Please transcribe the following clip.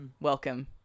welcome